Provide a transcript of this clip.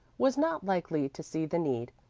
was not likely to see the need,